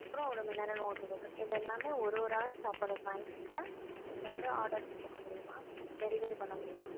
அப்றம் ஒரு mineral water bottle இது எல்லாமே ஒரு ஒரு ஆள் சாப்படுற குவான்டிடியில் எனக்கு வந்து ஆர்டர் கொடுக்க முடியுமா டெலிவெரி பண்ண முடியுமா